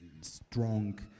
strong